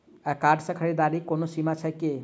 Card सँ खरीददारीक कोनो सीमा छैक की?